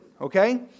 okay